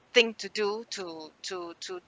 thing to do to to to